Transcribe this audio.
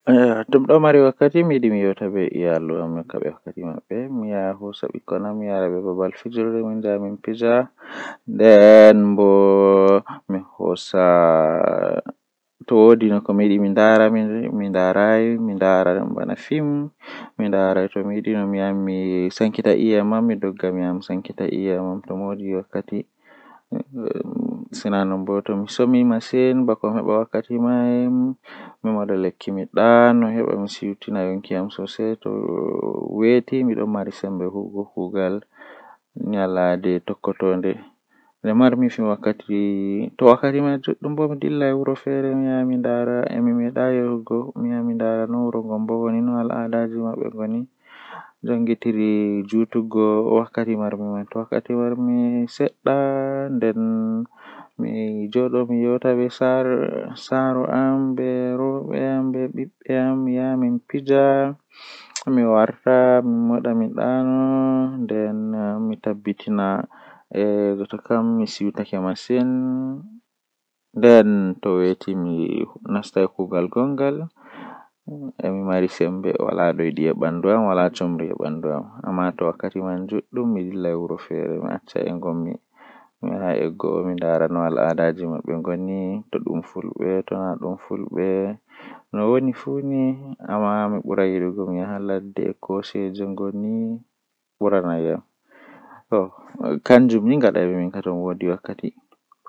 Saare jei mi burdaa yiduki janjum woni saare manga jei woni haa apatmenji mallaa mi wiya cudi-cudi duddi haander bana guda noogas ngam mi yidi min be bandiraabe am pat min wona haa nder kala komoi fuu don wondi be iyaalu mum haa nder saare man.